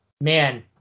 man